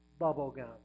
bubblegum